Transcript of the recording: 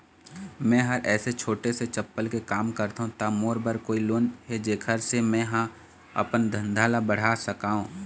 मैं हर ऐसे छोटे से चप्पल के काम करथों ता मोर बर कोई लोन हे जेकर से मैं हा अपन धंधा ला बढ़ा सकाओ?